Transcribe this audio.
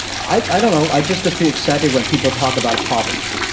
i don't know. i just feel excited when people talk about problems